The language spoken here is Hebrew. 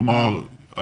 כלומר,